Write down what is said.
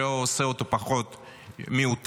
מה שלא עושה אותו פחות מיותר.